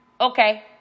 okay